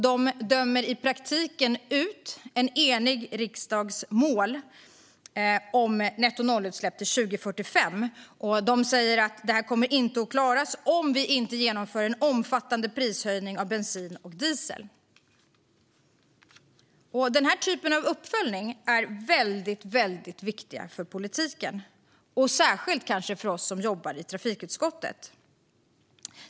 Den dömer i praktiken ut en enig riksdags mål om nettonollutsläpp till 2045. Den säger att vi inte kommer att klara det om vi inte genomför en omfattande prisökning på bensin och diesel. Den här typen av uppföljning är väldigt viktig för politiken och kanske särskilt för oss som jobbar i trafikutskottet.